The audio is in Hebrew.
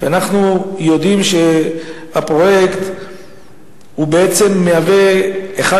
ואנחנו יודעים שהפרויקט מהווה אחד